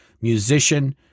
musician